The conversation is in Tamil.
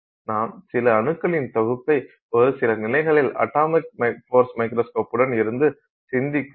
நாம் சில அணுக்களின் தொகுப்பை ஒரு சில நிலைகளில் அட்டாமிக் ஃபோர்ஸ் மைக்ரோஸ்கோப்புடன் இருந்து சிந்திக்கலாம்